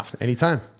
Anytime